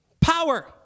Power